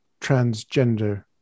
transgender